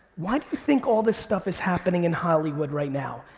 why do you think all this stuff is happening in hollywood right now?